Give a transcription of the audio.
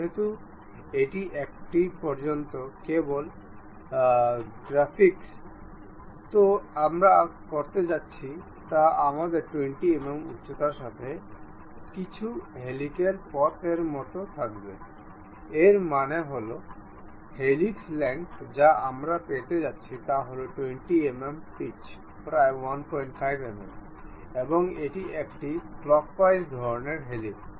যেহেতু এটি এখন পর্যন্ত কেবল প্র্যাক্টিস তো যা আমরা করতে যাচ্ছি তা আমাদের 20 mm উচ্চতার সাথে কিছু হেলিক্যাল পাথ এর মত থাকবে এর মানে হল হেলিক্সের লেংথ যা আমরা পেতে যাচ্ছি তা হল 20 mm পিচ প্রায় 15 mm এবং এটি একটি ক্লকওয়াইজ ধরণের হেলিক্স